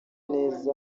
neza